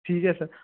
ਠੀਕ ਹੈ ਸਰ